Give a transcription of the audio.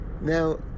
Now